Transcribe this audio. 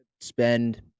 spend